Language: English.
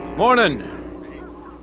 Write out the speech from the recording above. Morning